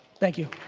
thank you.